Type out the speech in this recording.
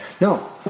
No